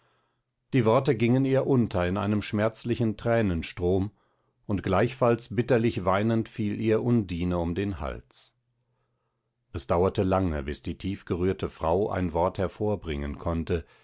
die worte gingen ihr unter in einem schmerzlichen tränenstrom und gleichfalls bitterlich weinend fiel ihr undine um den hals es dauerte lange bis die tiefgerührte frau ein wort hervorbringen konnte